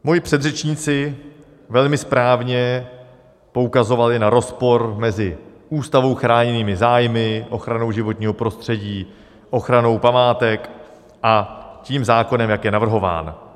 Moji předřečníci velmi správně poukazovali na rozpor mezi ústavou chráněnými zájmy, ochranou životního prostředí, ochranou památek a zákonem, jak je navrhován.